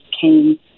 came